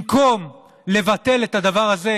במקום לבטל את הדבר הזה,